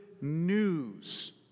news